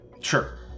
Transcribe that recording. Sure